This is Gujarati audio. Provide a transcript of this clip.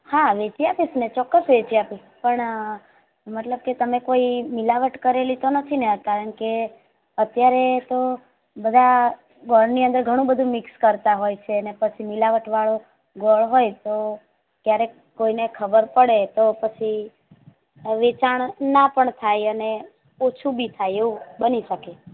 હા વેચી આપીશ ને ચોક્કસ વેચી આપીશ પણ મતલબ કે તમે કોઈ મિલાવટ તો કરેલી નથી ને કારણ કે અત્યારે તો બધા ગોળની અંદર ઘણું બધું મિક્સ કરતા હોય છે ને પછી મિલાવટવાળો ગોળ હોય તો ક્યારેક કોઈને ખબર પડે તો પછી વેચાણ ના પણ થાય અને ઓછુ બી થાય એવું બની શકે